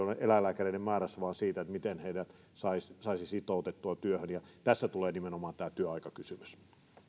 eläinlääkäreiden määrässä vaan siinä miten heidät saisi saisi sitoutettua työhön ja tässä tulee nimenomaan tämä työaikakysymys